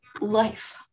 life